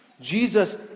Jesus